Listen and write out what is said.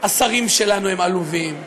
השרים שלנו הם עלובים,